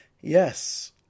Yes